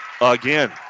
again